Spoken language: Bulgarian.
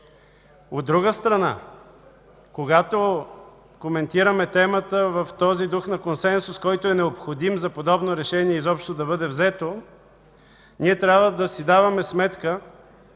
От друга страна, когато коментираме темата в този дух на консенсус, който е необходим подобно решение изобщо да бъде взето, трябва да си даваме сметка,